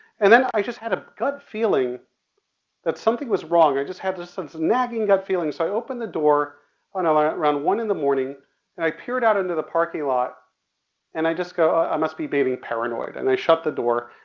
and then i just had a gut feeling that something was wrong. i just had this sense, nagging gut feeling, so i opened the door like around one in the morning and i peered out into the parking lot and i just go, i must be be being paranoid. and i shut the door.